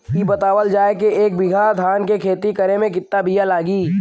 इ बतावल जाए के एक बिघा धान के खेती करेमे कितना बिया लागि?